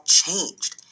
changed